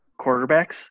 quarterbacks